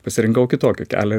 pasirinkau kitokį kelią ir